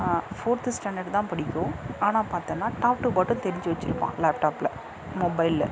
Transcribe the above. fourth standard தான் படிக்கும் ஆனால் பார்த்தோன்னா டாப் டு பாட்டோம் தெரிஞ்சு வெச்சுருப்பான் லேப்டாப்பில் மொபைலில்